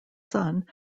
son